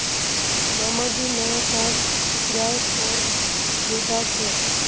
मामा जी नया कार किराय पोर खरीदा छे